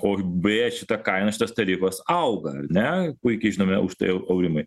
o beje šita kaina šitas tarifas auga ne puikiai žinome už tai au aurimai